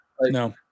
no